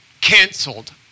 canceled